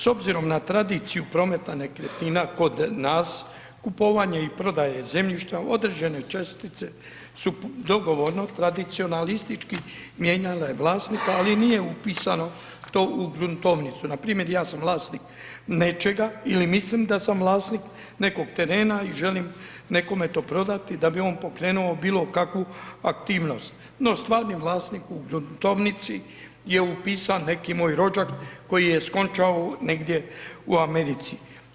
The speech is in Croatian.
S obzirom na tradiciju prometa nekretnina kod nas, kupovanje i prodaje zemljišta, određene čestice u dogovorno tradicionalistički mijenjale vlasnika, ali nije upisano to u gruntovnicu, npr. ja sam vlasnik nečega ili mislim da sam vlasnik nekog terena i želim nekome to prodati da bi on pokrenuo bilo kakvu aktivnost, no stvarni vlasnik u gruntovnici je upisan neki moj rođak koji je skončao negdje u Americi.